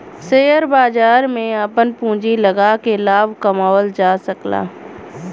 share बाजार में आपन पूँजी लगाके लाभ कमावल जा सकला